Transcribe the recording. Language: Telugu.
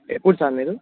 ఎప్పుడు సాార్ మీరు